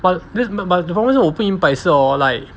but but the problem 是我不明白是 hor like